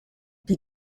die